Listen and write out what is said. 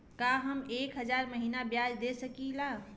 का हम एक हज़ार महीना ब्याज दे सकील?